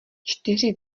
čtyři